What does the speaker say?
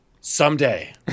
someday